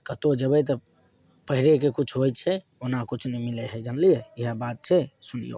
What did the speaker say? कतौ जेबय तऽ पइढ़ेके किछु होइ छै ओना किछु नहि मिलय हइ जानलियै इएह बात छै सुनियौ